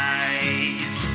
eyes